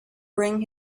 bring